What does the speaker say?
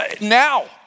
now